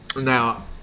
Now